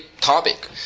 topic